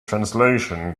translation